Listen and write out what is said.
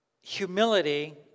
Humility